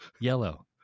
Yellow